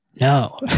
No